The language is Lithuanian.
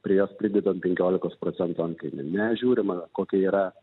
prie jos pridedant penkiolikos procentų antkainį nežiūrima kokia yra